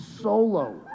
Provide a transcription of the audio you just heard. solo